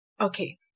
Okay